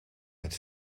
met